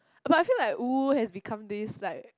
but I feel like uwu has become this like